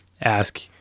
ask